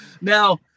Now